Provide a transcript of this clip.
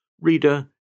Reader